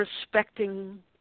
respecting